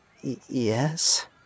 Yes